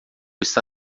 está